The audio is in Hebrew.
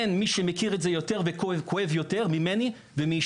אין מי שמכיר את זה יותר וכואב יותר ממני ומאשתי,